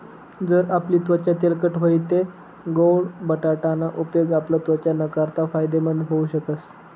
जर आपली त्वचा तेलकट व्हयी तै गोड बटाटा ना उपेग आपला त्वचा नाकारता फायदेमंद व्हऊ शकस